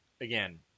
Again